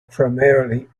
primarily